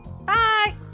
Bye